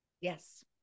Yes